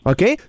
Okay